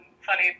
funny